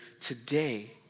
today